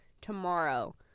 tomorrow